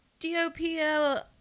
DOPL